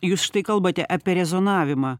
jūs kalbate apie rezonavimą